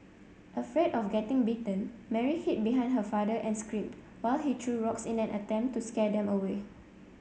afraid of getting bitten Mary hid behind her father and screamed while he threw rocks in an attempt to scare them away